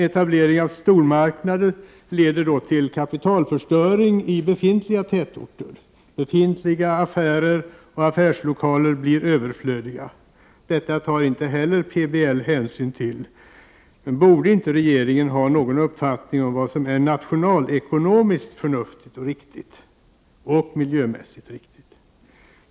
Etablering av stormarknader leder till kapitalförstöring i befintliga tätorter. Befintliga affärer och affärslokaler blir överflödiga. Detta tar inte heller PBL hänsyn till. Borde inte regeringen ha någon uppfattning om vad som är nationalekonomiskt förnuftigt och riktigt, och miljömässigt riktigt?